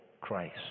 Christ